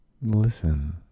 listen